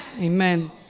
Amen